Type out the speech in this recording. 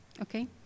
Okay